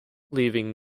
leaving